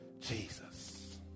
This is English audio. Jesus